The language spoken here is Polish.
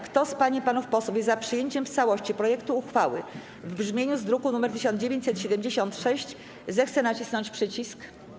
Kto z pań i panów posłów jest za przyjęciem w całości projektu uchwały w brzmieniu z druku nr 1976, zechce nacisnąć przycisk.